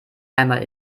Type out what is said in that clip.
einmal